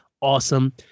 Awesome